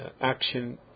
action